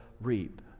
reap